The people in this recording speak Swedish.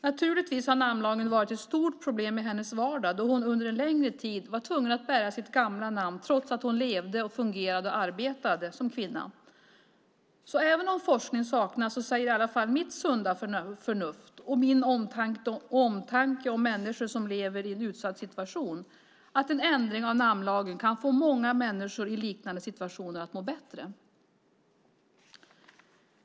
Naturligtvis har namnlagen varit ett stort problem i hennes vardag då hon under en längre tid var tvungen att bära sitt gamla namn trots att hon levde, fungerade och arbetade som kvinna. Så även om forskning saknas säger i alla fall mitt sunda förnuft och min omtanke om människor som lever i en utsatt situation att en ändring av namnlagen kan få många människor i liknande situationer att må bättre.